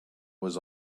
was